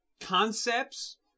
concepts